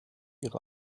ihre